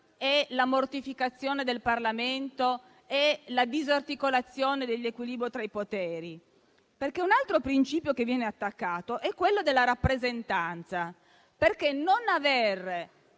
nella mortificazione del Parlamento e nella disarticolazione dell'equilibrio tra i poteri, perché un altro principio che viene attaccato è quello della rappresentanza: non aver